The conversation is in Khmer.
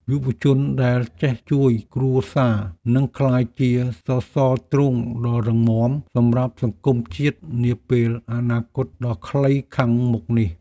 យុវជនដែលចេះជួយគ្រួសារនឹងក្លាយជាសសរទ្រូងដ៏រឹងមាំសម្រាប់សង្គមជាតិនាពេលអនាគតដ៏ខ្លីខាងមុខនេះ។